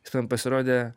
jis man pasirodė